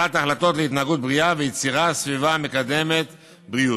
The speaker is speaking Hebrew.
לקבלת החלטות להתנהגות בריאה ויצירת סביבה מקדמת בריאות.